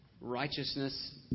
righteousness